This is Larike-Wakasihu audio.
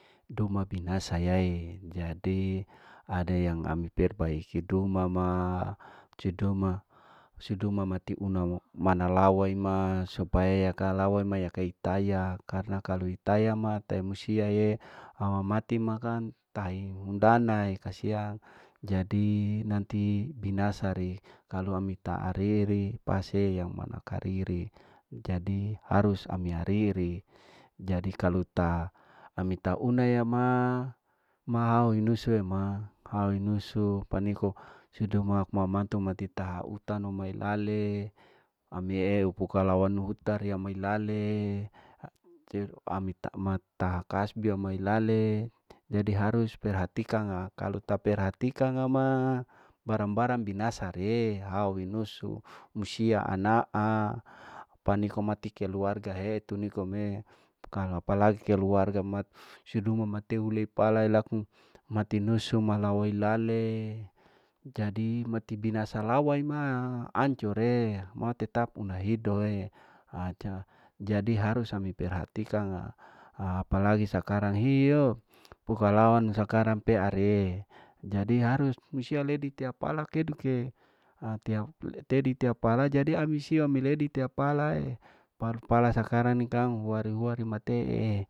Doma binasa yae jadi ada yang ami perbaiki duma ma su duma, suduma mati una ma manalawai ma supaya kalau maya ei kei taya na kalau mutaya ma tai musia eeawa mati makang tahie undana ekasiang jadi nanti binasa rei kalau ami taariri pase manakariri jadi harus ami aeriri jadi kalau ta ami ta una ya ma, ma hau inusu e ma hau inusu paniko sidoma ma mantu mati taha utano mailale, ami eu pukalawanu utariya mai lale taha kasbi amai lale harus perhatikanga kalu ta perhatikang au ma barang barang binasa re, hau imusu musia hanaa paniko mati keluarga he tunikome kalu palai keluarga mat siduma maeu lei alai laku mati nusu malawei lale, jadi mati binasa lawai ima ancor ee ma tetap una hidoee aca jadi haru ami perhatikang apalagi sakarang hio pokalawanu sakarang peare jadi harus musia ledi tena pala keduke, ha tiap tedi tia palae, pala sakarang ni kang wari wari matee.